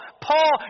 Paul